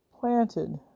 planted